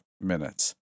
minutes